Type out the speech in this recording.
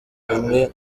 hamwe